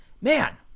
man